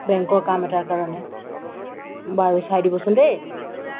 বেংকৰ কাম এটাৰ কাৰণে বাৰু চাই দিবচোন দেই